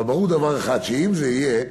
אבל ברור דבר אחד: אם זה יהיה,